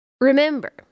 Remember